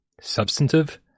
substantive